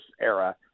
era